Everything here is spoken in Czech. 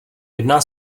jedná